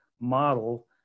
model